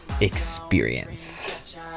experience